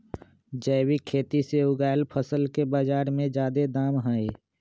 जैविक खेती से उगायल फसल के बाजार में जादे दाम हई